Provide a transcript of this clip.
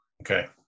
Okay